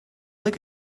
like